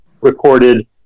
recorded